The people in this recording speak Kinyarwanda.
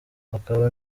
hakaba